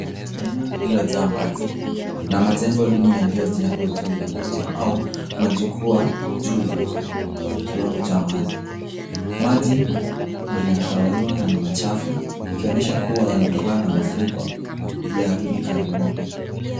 Eneo lililojaa maji na majengo duni yaliyojengwa juu ya nguzo au majukwaa juu ya kiwango cha maji. Maji ni ya kahawia na ni machafu ikionyesha kuwa yametokana na mafuriko ya hivi karibuni.